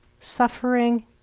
suffering